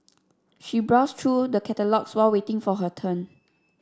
she browsed through the catalogues while waiting for her turn